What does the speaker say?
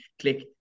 click